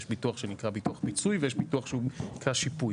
יש ביטוח שנקרא ביטוח פיצוי ויש ביטוח שהוא נקרא שיפוי.